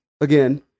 again